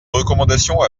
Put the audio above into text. recommandations